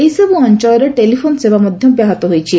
ଏହି ସବୁ ଅଞ୍ଚଳରେ ଟେଲିଫୋନ୍ ସେବା ମଧ୍ୟ ବ୍ୟାହତ ହୋଇଛି